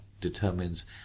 determines